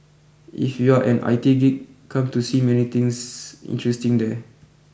if you are an I T geek come to see many things interesting there